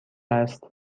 است